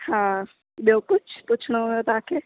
हा ॿियो कुझु पुछिणो हुयो तव्हांखे